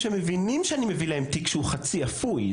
שמבינים שאני מביא להם תיק שהוא חצי אפוי.